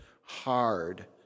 Hard